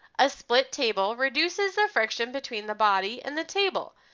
a split table reduces the friction between the body and the table,